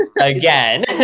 again